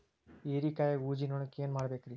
ಹೇರಿಕಾಯಾಗ ಊಜಿ ನೋಣಕ್ಕ ಏನ್ ಮಾಡಬೇಕ್ರೇ?